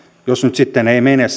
jos nyt sitten ei mene